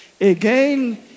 again